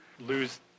lose